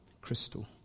crystal